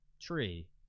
tree